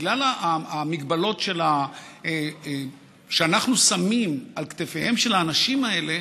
בגלל המגבלות שאנחנו שמים על כתפיהם של האנשים האלה